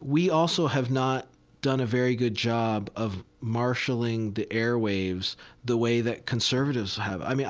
we also have not done a very good job of marshaling the airwaves the way that conservatives have. i mean,